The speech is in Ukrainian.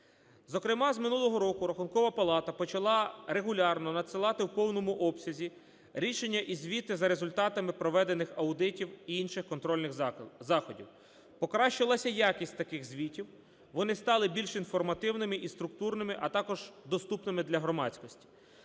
Зокрема, з минулого року Рахункова палата почала регулярно надсилати у повному обсязі рішення і звіти за результатами проведених аудитів і інших контрольних заходів. Покращилася якість таких звітів, вони стали більш інформативними і структурними, а також доступними для громадськості.